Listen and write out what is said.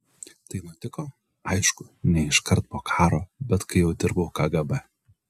tai nutiko aišku ne iš karto po karo bet kai jau dirbau kgb